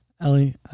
Ellie